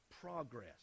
Progress